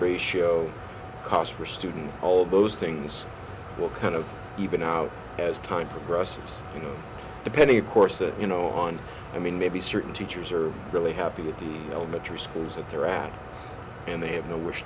ratio cost per student all those things will kind of even out as time progresses you know depending of course that you know on i mean maybe certain teachers are really happy with the elementary schools that they're around and they have no